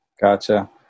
Gotcha